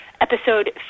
episode